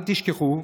אל תשכחו,